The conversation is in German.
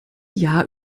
jahr